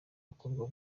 bakobwa